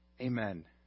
Amen